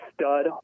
stud